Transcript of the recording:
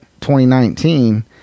2019